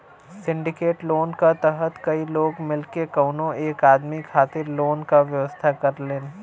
syndicate loan क तहत कई लोग मिलके कउनो एक आदमी खातिर लोन क व्यवस्था करेलन